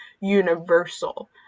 universal